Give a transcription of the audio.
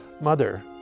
mother